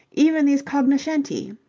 even these cognoscenti,